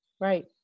Right